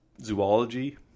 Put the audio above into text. zoology